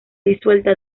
disuelta